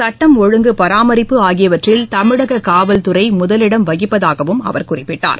சட்டம் ஒழுங்கு பராமரிப்பு ஆகியவற்றில் தமிழக காவல்துறை முதலிடம் வகிப்பதாகவும் அவர் குறிப்பிட்டார்